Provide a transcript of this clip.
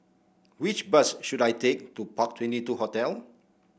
which bus should I take to Park Twenty two Hotel